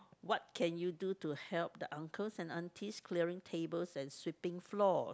what can you do to help the uncles and aunties clearing tables and sweeping floors